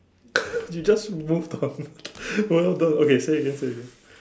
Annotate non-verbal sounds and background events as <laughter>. <laughs> you just moved on <laughs> well done okay say again say again